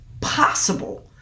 possible